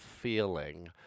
feeling